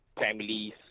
families